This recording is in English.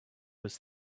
was